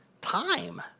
time